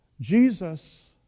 Jesus